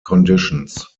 conditions